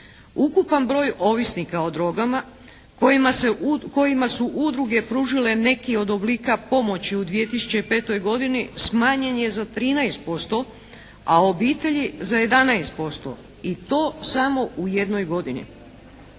Ukupan broj ovisnika o drogama kojima se, kojima su udruge pružile neki od oblika pomoći u 2005. godini smanjen je za 13%, a obitelji za 11%. I to samo u jednoj godini.